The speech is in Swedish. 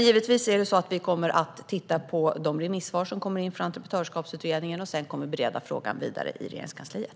Givetvis kommer vi att titta på de remissvar som kommer in från Entreprenörskapsutredningen och därefter bereda frågan vidare i Regeringskansliet.